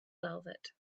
velvet